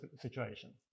situation